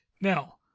Now